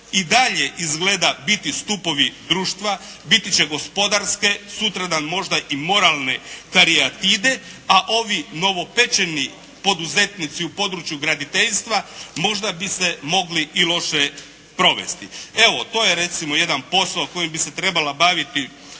i dalje izgleda biti stupovi društva, biti će gospodarske, sutra dan možda i moralne ferijatide a ovi novopečeni poduzetnici u području graditeljstva možda bi se mogli i loše provesti. Evo, to je recimo jedan posao kojim bi se trebala baviti